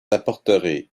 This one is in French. apporterez